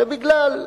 שבגלל כניעה,